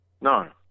No